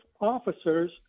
officers